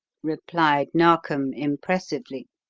replied narkom, impressively.